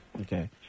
Okay